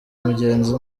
mugenzi